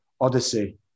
odyssey